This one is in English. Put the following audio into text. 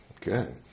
good